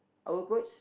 our coach